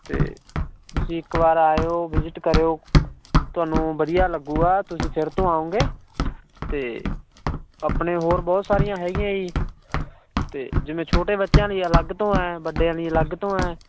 ਅਤੇ ਤੁਸੀਂ ਇੱਕ ਵਾਰ ਆਇਓ ਵਿਜਿਟ ਕਰਿਓ ਤੁਹਾਨੂੰ ਵਧੀਆ ਲੱਗੇਗਾ ਤੁਸੀਂ ਫੇਰ ਤੋਂ ਆਉਗੇ ਅਤੇ ਆਪਣੇ ਹੋਰ ਬਹੁਤ ਸਾਰੀਆਂ ਹੈਗੀਆਂ ਜੀ ਅਤੇ ਜਿਵੇਂ ਛੋਟੇ ਬੱਚਿਆਂ ਲਈ ਅਲੱਗ ਤੋਂ ਹੈ ਵੱਡਿਆਂ ਲਈ ਅਲੱਗ ਤੋਂ ਹੈ